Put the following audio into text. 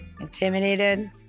Intimidated